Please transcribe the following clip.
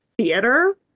theater